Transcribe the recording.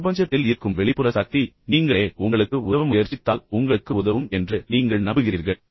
பிரபஞ்சத்தில் இருக்கும் வெளிப்புற சக்தி நீங்களே உங்களுக்கு உதவ முயற்சித்தால் உங்களுக்கு உதவும் என்று நீங்கள் நம்புகிறீர்கள்